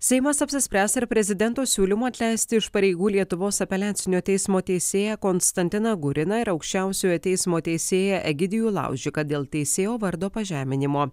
seimas apsispręs ar prezidento siūlymu atleisti iš pareigų lietuvos apeliacinio teismo teisėją konstantiną guriną ir aukščiausiojo teismo teisėją egidijų laužiką dėl teisėjo vardo pažeminimo